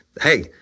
hey